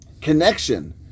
connection